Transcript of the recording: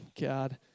God